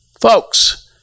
Folks